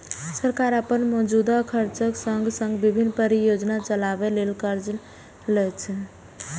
सरकार अपन मौजूदा खर्चक संग संग विभिन्न परियोजना चलाबै ले कर्ज लै छै